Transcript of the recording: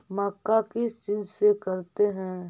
मक्का किस चीज से करते हैं?